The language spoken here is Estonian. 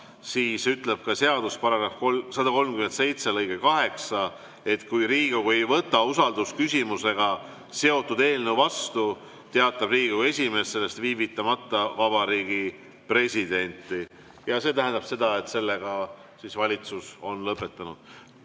siis ütleb ka seaduse § 137 lõige 8, et kui Riigikogu ei võta usaldusküsimusega seotud eelnõu vastu, teavitab Riigikogu esimees sellest viivitamata Vabariigi Presidenti. Ja see tähendab seda, et sellega siis valitsus on